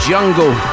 Jungle